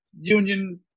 union